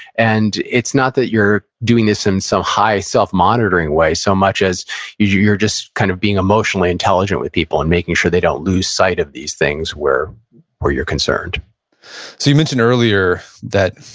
and it's not that you're doing this in some high self-monitoring way, so much as you're you're just kind of being emotionally intelligent with people, and making sure they don't lose sight of these things, where where you're concerned so you mentioned earlier, that,